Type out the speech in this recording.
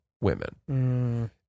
women